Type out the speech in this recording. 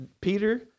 Peter